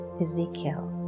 Ezekiel